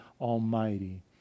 Almighty